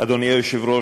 אדוני היושב-ראש,